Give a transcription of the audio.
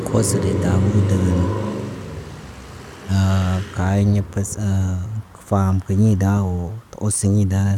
Koso de tabu degenen. kayiɲe pas aa kə faam kiɲi daa woo kə osiɲa daa.